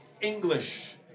English